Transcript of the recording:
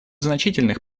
значительных